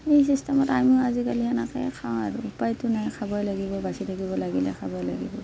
নিজ ইচ্ছামত আমিও আজিকালি এনেকেই খাওঁ আৰু উপায়টো নাই খাবই লাগিব বাচি থাকিব লাগিলে খাবই লাগিব